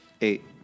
eight